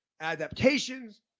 adaptations